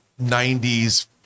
90s